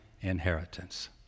inheritance